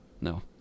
no